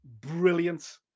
brilliant